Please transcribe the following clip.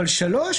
שלישית,